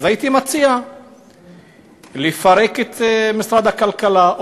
הייתי מציע לפרק את משרד הכלכלה,